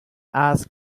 asked